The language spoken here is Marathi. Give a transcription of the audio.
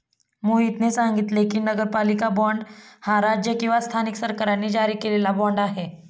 मोहितने सांगितले की, नगरपालिका बाँड राज्य किंवा स्थानिक सरकारांनी जारी केलेला बाँड आहे